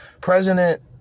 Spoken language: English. President